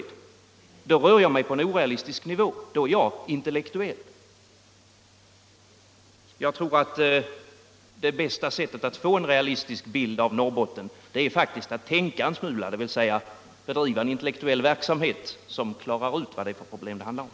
då rör jag mig på en orealistisk nivå. Då är jag intellektuell. Jag tror faktiskt att bästa sättet att få en realistisk bild av Norrbotten är att tänka en smula, dvs. bedriva en intellektuell verksamhet, som klarar ut vilka problem det handlar om.